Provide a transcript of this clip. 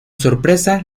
sorpresa